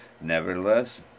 Nevertheless